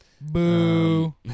Boo